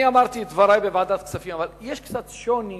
אני אמרתי את דברי בוועדת הכספים, אבל יש קצת שוני